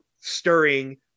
stirring